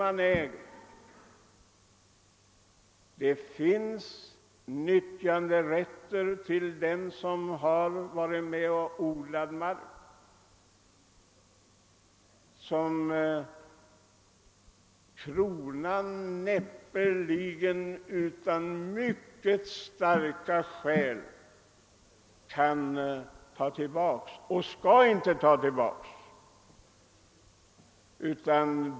Men det finns nyttjanderätter för dem som odlat mark, vilka Kronan näppeligen utan mycket starka skäl kan ta tillbaka, och de skall inte heller tas tillbaka.